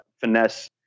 finesse